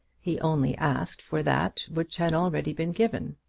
he only asked for that which had already been given